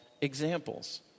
examples